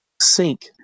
sink